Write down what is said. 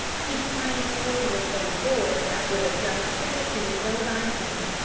he sprang forward with a roar that would have done credit to his bovine enemy,